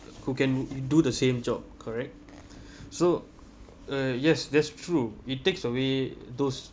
who can do the same job correct so uh yes that's true it takes away those